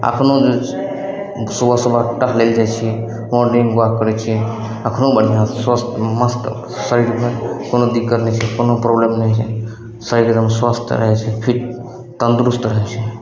एखनो सुबह सुबह टहलैलए जाइ छिए मॉर्निन्ग वॉक करै छिए एखनो बढ़िआँ स्वस्थ मस्त शरीरमे कोनो दिक्कत नहि छै कोनो प्रॉब्लम नहि होइ छै शरीर एगदम स्वस्थ रहै छै फिट तन्दुरुस्त रहै छै